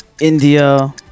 india